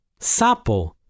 sapo